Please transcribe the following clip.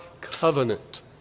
covenant